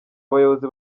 abayobozi